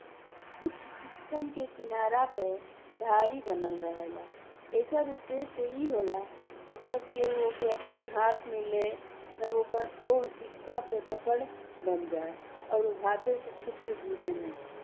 कुछ सिक्का के किनारा पे धरी बनल रहेला। एकर उद्देश्य ई होला कि जब केहु ओके अपने हाथ में ले ओकर ओह सिक्का पे पकड़ बन जाए और उ हाथे से छुटी के गिरे ना।